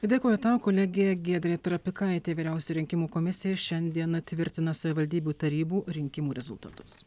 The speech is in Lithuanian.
dėkoju tau kolegė giedrė trapikaitė vyriausioji rinkimų komisija šiandieną tvirtina savivaldybių tarybų rinkimų rezultatus